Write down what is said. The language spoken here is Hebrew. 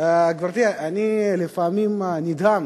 גברתי, לפעמים אני נדהם